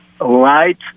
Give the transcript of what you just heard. right